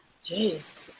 Jeez